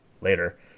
later